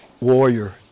warrior